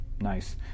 Nice